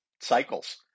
cycles